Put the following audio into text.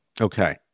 Okay